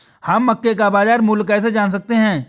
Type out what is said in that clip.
हम मक्के का बाजार मूल्य कैसे जान सकते हैं?